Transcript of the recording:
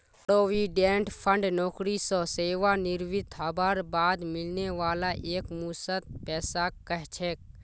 provident fund नौकरी स सेवानृवित हबार बाद मिलने वाला एकमुश्त पैसाक कह छेक